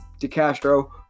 DeCastro